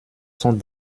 sont